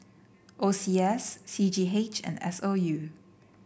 O C S C G H and S O U